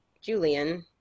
julian